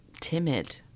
timid